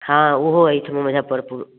हाँ ओहो एहिठुमा मुजफ्फरपुर